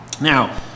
Now